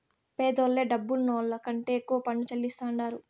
పేదోల్లే డబ్బులున్నోళ్ల కంటే ఎక్కువ పన్ను చెల్లిస్తాండారు